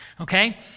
okay